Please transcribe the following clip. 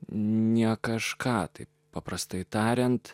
ne kažką taip paprastai tariant